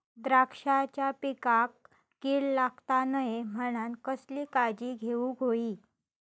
द्राक्षांच्या पिकांक कीड लागता नये म्हणान कसली काळजी घेऊक होई?